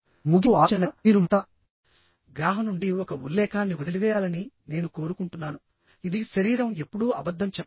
ముగింపు ఆలోచనగా మీరు మార్తా గ్రాహం నుండి ఒక ఉల్లేఖనాన్ని వదిలివేయాలని నేను కోరుకుంటున్నాను ఇది శరీరం ఎప్పుడూ అబద్ధం చెప్పదు